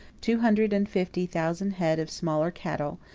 two hundred and fifty thousand head of smaller cattle,